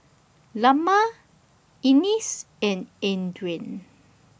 Lemma Ennis and Adrien